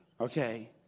Okay